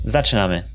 Zaczynamy